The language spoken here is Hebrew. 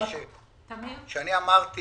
כשאני אמרתי